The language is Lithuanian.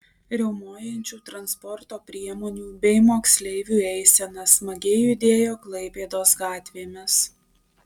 riaumojančių transporto priemonių bei moksleivių eisena smagiai judėjo klaipėdos gatvėmis